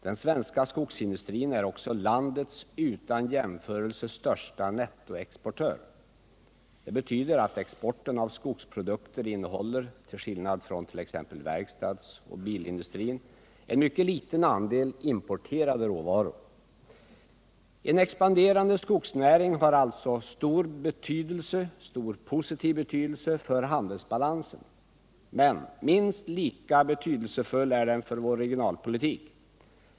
Den svenska skogsindustrin är också landets utan jämförelse största nettoexportör. Det betyder att exporten av skogsprodukter, till skillnad från t.ex. verkstadsoch bilindustrin, innehåller en mycket liten andel importerade råvaror. En expanderande skogsnäring har alltså stor positiv betydelse för handelsbalansen. Men minst lika betydelsefull är den för vår regionalpolitik.